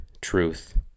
truth